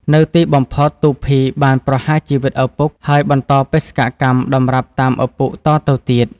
នៅទីបំផុត ទូភី បានប្រហារជីវិតឪពុក ហើយបន្តបេសកកម្មតម្រាប់តាមឪពុកតទៅទៀត ។